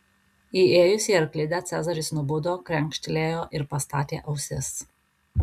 įėjus į arklidę cezaris nubudo krenkštelėjo ir pastatė ausis